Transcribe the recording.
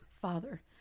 father